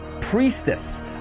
priestess